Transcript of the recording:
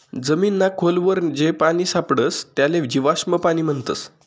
जमीनमा खोल वर जे पानी सापडस त्याले जीवाश्म पाणी म्हणतस